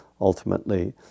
ultimately